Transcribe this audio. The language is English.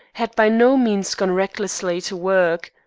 had by no means gone recklessly to work.